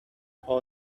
all